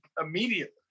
immediately